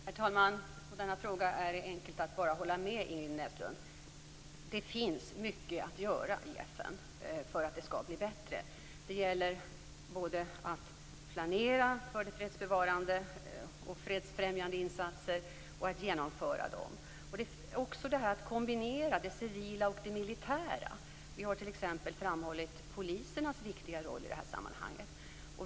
Herr talman! I denna fråga är det enkelt att bara hålla med Ingrid Näslund. Det finns mycket att göra i FN för att det skall bli bättre. Det gäller att planera för både de fredsbevarande och de fredsfrämjande insatserna och att genomföra dem. Det gäller också att kombinera det civila och det militära. Vi har t.ex. framhållit polisernas viktiga roll i det här sammanhanget.